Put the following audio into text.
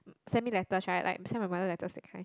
send me letter right like I send my mother letter that kind